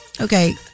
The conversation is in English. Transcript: Okay